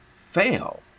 fail